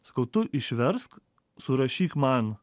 sakau tu išversk surašyk man